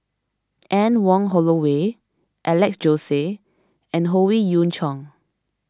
Anne Wong Holloway Alex Josey and Howe Yoon Chong